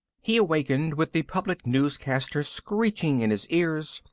he awakened with the public newscaster screeching in his ears,